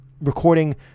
recording